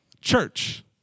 church